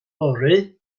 fory